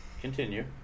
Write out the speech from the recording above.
Continue